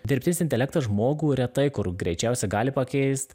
dirbtinis intelektas žmogų retai kur greičiausia gali pakeist